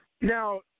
Now